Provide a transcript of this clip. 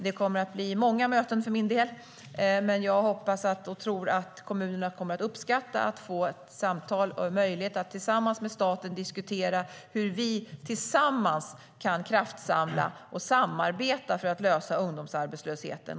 Det kommer att bli många möten för min del, men jag hoppas och tror att kommunerna kommer att uppskatta att få samtal och möjlighet att diskutera med staten hur vi tillsammans kan kraftsamla och samarbeta för att finna lösningen på ungdomsarbetslösheten.